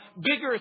bigger